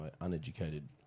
uneducated